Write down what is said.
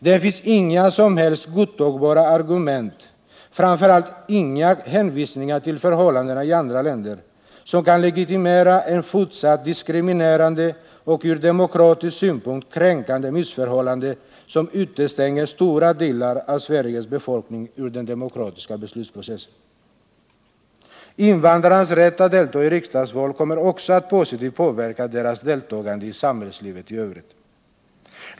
Det finns inga som helst godtagbara argument — framför allt inga hänvisningar till förhållandena i andra länder — som kan legitimera ett fortsatt diskriminerande och ur demokratisk synpunkt kränkande missförhållande, som innebär att stora delar av Sveriges befolkning utestängs från den demokratiska beslutsprocessen. Invandrarnas rätt att delta i riksdagsval kommer också att positivt påverka deras deltagande i samhällslivet i övrigt.